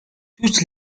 toutes